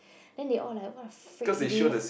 then they all like what a freak it is